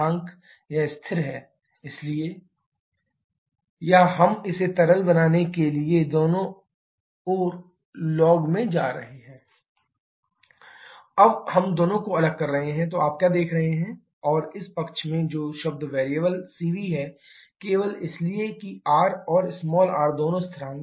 इसलिए 1 r Rcv या हम इसे सरल बनाने के लिए दोनों ओर लॉग ले रहे हैं ln ln अब हम दोनों को अलग कर रहे हैं तो आप क्या प्राप्त करने जा रहे हैं d Rcv2ln dcv और इस पक्ष में जो शब्द वेरिएबल cv है केवल इसलिए कि R और r दोनों स्थिरांक हैं